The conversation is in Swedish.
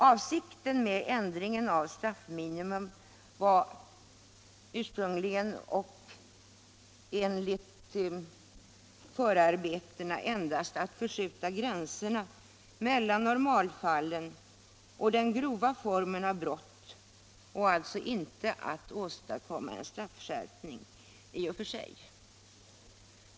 Avsikten med ändringen av straffminimum var ursprungligen, och enligt förarbetena, endast att förskjuta gränserna mellan normalfallen och den grova formen av brott och alltså inte att åstadkomma en straffskärpning i och för sig.